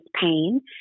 pain